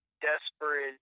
desperate